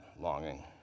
longing